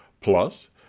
Plus